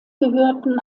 gehörten